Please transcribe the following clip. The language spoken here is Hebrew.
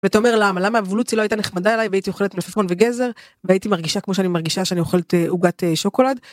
ואתה אומר למה למה אבולוציה לא הייתה נחמדה אליי והייתי אוכלת מלפפון וגזר והייתי מרגישה כמו שאני מרגישה שאני אוכלת עוגת שוקולד.